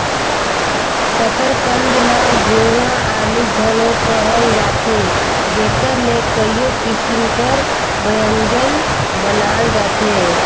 सकरकंद ल गुरूवां आलू घलो कहल जाथे जेकर ले कइयो किसिम कर ब्यंजन बनाल जाथे